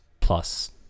plus